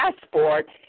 passport